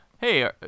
hey